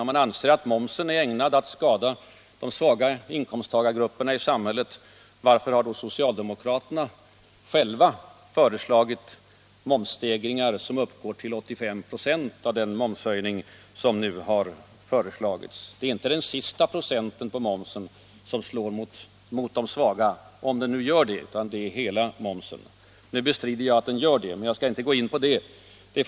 Om man anser att momsen är ägnad att skada de svaga inkomstgrupperna i samhället, varför har då socialdemokraterna själva föreslagit och genomdrivit en moms som kommer att motsvara 85 926 av den totala momsbelastningen sedan höjningen genomförts?